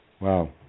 Wow